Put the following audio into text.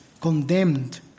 condemned